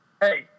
hey